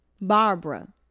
Barbara